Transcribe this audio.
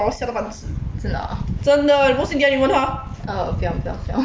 真的哦 oh 不用不用不用